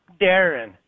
Darren